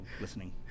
listening